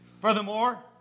Furthermore